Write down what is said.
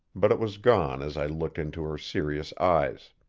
but it was gone as i looked into her serious eyes.